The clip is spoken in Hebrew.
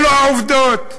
אלה העובדות.